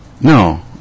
No